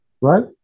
Right